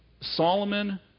Solomon